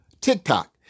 TikTok